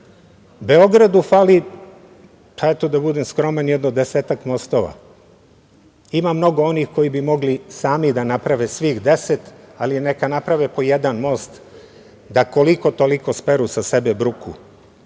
Beogradu fali, eto, da budem skroman, jedno desetak mostova. Ima mnogo onih koji bi mogli sami da naprave svih deset, ali neka naprave po jedan most, da koliko-toliko speru sa sebe bruku.